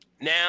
Now